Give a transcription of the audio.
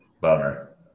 Bummer